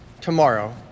tomorrow